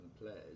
players